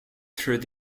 through